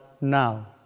now